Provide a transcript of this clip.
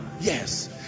Yes